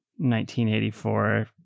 1984